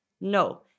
No